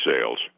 sales